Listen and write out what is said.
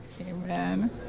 Amen